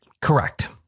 Correct